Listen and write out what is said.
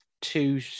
two